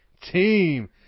Team